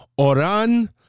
Oran